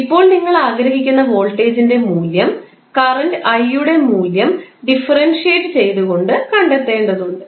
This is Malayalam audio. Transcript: ഇപ്പോൾ നിങ്ങൾ ആഗ്രഹിക്കുന്ന വോൾട്ടേജിൻറെ മൂല്യം കറൻറ് i യുടെ മൂല്യം ഡിഫറൻഷിയേററ് ചെയ്തുകൊണ്ട് കണ്ടെത്തേണ്ടതുണ്ട്